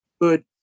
good